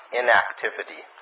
inactivity 。